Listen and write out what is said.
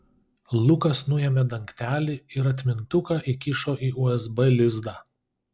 lukas nuėmė dangtelį ir atmintuką įkišo į usb lizdą